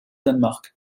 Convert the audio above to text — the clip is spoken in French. danemark